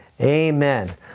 Amen